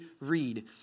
read